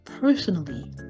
personally